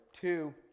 two